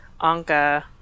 Anka